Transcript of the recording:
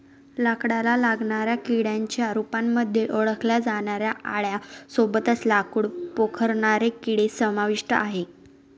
लाकडाला लागणाऱ्या किड्यांच्या रूपामध्ये ओळखल्या जाणाऱ्या आळ्यां सोबतच लाकूड पोखरणारे किडे समाविष्ट आहे